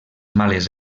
males